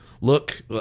Look